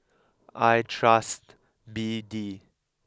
I trust B D